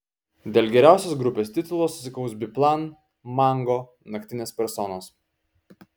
dėl geriausios grupės titulo susikaus biplan mango naktinės personos